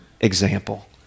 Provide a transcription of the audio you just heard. example